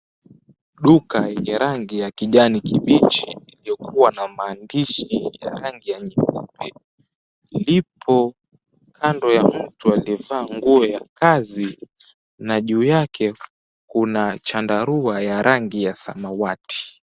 Duka yenye rangi ya kijani kibichi, iliyokuwa na maandishi ya rangi ya nyeupe, lipo kando ya mtu aliyevaa nguo ya kazi, na juu yake kuna chandarua ya rangi ya samawati.